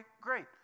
great